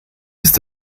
ist